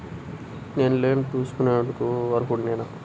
నేను లోన్ తీసుకొనుటకు అర్హుడనేన?